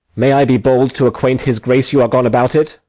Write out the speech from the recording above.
may i be bold to acquaint his grace you are gone about it?